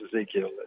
Ezekiel